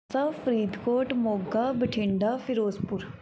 ਸਾ ਫਰੀਦਕੋਟ ਮੋਗਾ ਬਠਿੰਡਾ ਫ਼ਿਰੋਜ਼ਪੁਰ